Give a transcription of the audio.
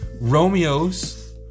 Romeos